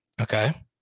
Okay